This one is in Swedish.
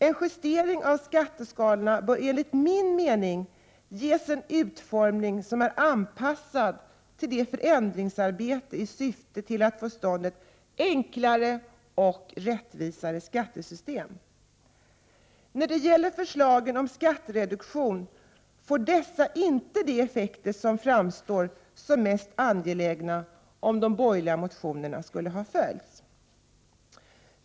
En justering av skatteskalorna bör enligt min mening ges en utformning som är anpassad till förändringsarbetet i syfte att få till stånd ett enklare och mer rättvist skattesystem. När det gäller förslagen om skattereduktion får dessa inte de effekter som framstår som mest angelägna, om de borgerliga motionerna följs.